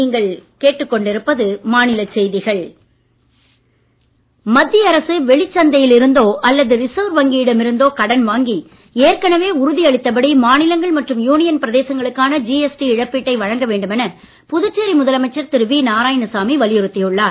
நாராயணசாமி கடிதம் மத்திய அரசு வெளிச் சந்தையில் இருந்தோ அல்லது ரிசர்வ் வங்கியிடம் இருந்தோ கடன் வாங்கி ஏற்கனவே உறுதியளித்தபடி மாநிலங்கள் மற்றும் யூனியன் பிரதேசங்களுக்கான ஜிஎஸ்டி இழப்பீட்டை வழங்க வேண்டுமென புதுச்சேரி முதலமைச்சர் திரு வி நாராயணசாமி வலியுறுத்தி உள்ளார்